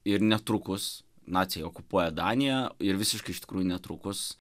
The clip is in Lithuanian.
ir netrukus naciai okupuoja daniją ir visiškai iš tikrųjų netrukus